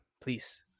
please